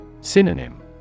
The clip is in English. Synonym